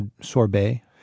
sorbet